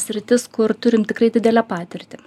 sritis kur turim tikrai didelę patirtį